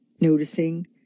noticing